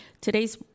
Today's